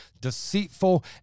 deceitful